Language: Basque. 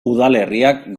udalerriak